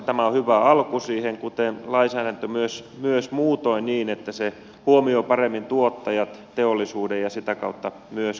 tämä on hyvä alku siihen kuten lainsäädäntö myös muutoin niin että se huomioi paremmin tuottajat teollisuuden ja sitä kautta myös kaupan